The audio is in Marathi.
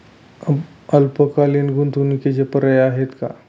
अल्पकालीन गुंतवणूकीचे पर्याय आहेत का?